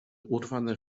urwane